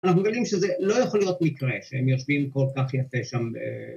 ‫אנחנו יודעים שזה לא יכול להיות מקרה, ‫שהם יושבים כל כך יפה שם...